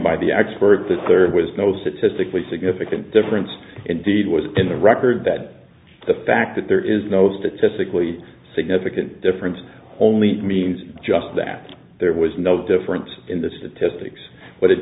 by the expert the third was no statistically significant difference indeed it was in the record that the fact that there is no statistically significant difference only means just that there was no different in the statistics but it